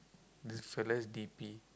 this fella's d_p